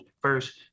first